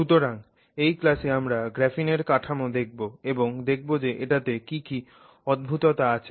সুতরাং এই ক্লাসে আমরা গ্রাফিনের কাঠামোটা দেখবো এবং দেখবো যে এটাতে কি কি অদ্ভুততা আছে